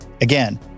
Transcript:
Again